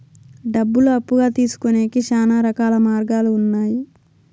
డబ్బులు అప్పుగా తీసుకొనేకి శ్యానా రకాల మార్గాలు ఉన్నాయి